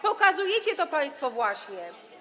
Pokazujecie to państwo właśnie.